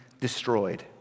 destroyed